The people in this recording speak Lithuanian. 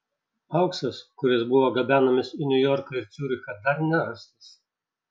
auksas kuris buvo gabenamas į niujorką ir ciurichą dar nerastas